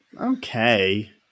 Okay